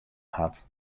hat